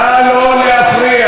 נא לא להפריע.